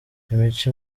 imico